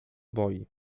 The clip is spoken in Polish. boi